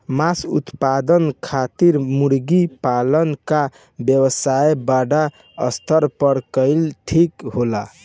मांस उत्पादन खातिर मुर्गा पालन क व्यवसाय बड़ा स्तर पर कइल ठीक होला